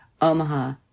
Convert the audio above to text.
Omaha